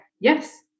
yes